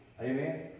Amen